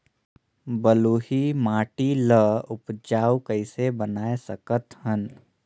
बलुही माटी ल उपजाऊ कइसे बनाय सकत हन?